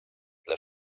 tle